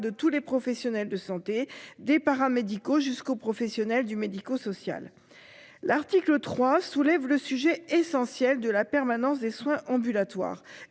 de tous les professionnels de santé des paramédicaux jusqu'aux professionnels du médico-social. L'article 3 soulève le sujet essentiel de la permanence des soins ambulatoires